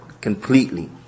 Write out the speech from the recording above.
completely